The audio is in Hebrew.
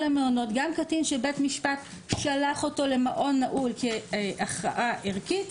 גם קטין שבית משפט שלח אותו למעון נעול כהכרעה ערכית,